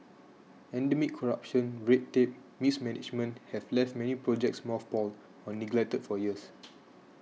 endemic corruption red tape and mismanagement have left many projects mothballed or neglected for years